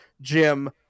Jim